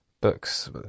books